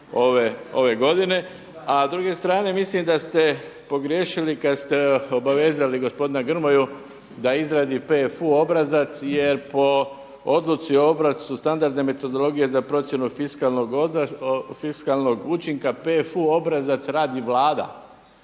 ove godine. A s druge strane mislim da ste pogriješili kada ste obavezali gospodina Grmoju da izradi PFU obrazac jer po odluci o obrascu standardne metodologije za procjenu fiskalnog učinka PFU obrazac radi Vladi,